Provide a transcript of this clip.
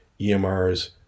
EMRs